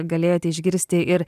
galėjote išgirsti ir